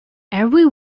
every